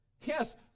Yes